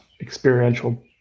experiential